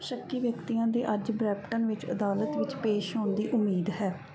ਸ਼ੱਕੀ ਵਿਅਕਤੀਆਂ ਦੇ ਅੱਜ ਬਰੈਂਪਟਨ ਵਿੱਚ ਅਦਾਲਤ ਵਿੱਚ ਪੇਸ਼ ਹੋਣ ਦੀ ਉਮੀਦ ਹੈ